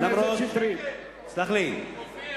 אדוני שר האוצר, נא לא לנהל דין ודברים.